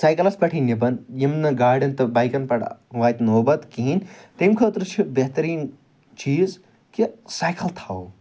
سایکَلَس پٮ۪ٹھٕے نِبَن یِم نہٕ گاڑیٚن تہٕ بایکَن پٮ۪ٹھ واتہِ نوبَت کِہیٖنۍ تَمہِ خٲطرٕ چھِ بہتریٖن چیٖز کہِ سایکل تھاوو